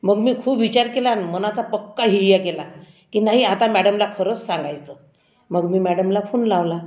मग मी खूप विचार केला आणि मनाचा पक्का हिय्या केला की नाही आता मॅडमला खरंच सांगायचं मग मी मॅडमला फोन लावला